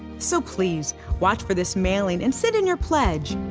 so please watch for this mailing and send in your pledge.